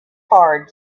hard